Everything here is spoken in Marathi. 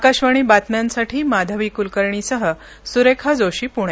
आकाशवाणी बातम्यांसाठी माधवी क्लकर्णीसह सुरेखा जोशी पूणे